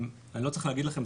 אני לא צריך להגיד לכם,